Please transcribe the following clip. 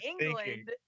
England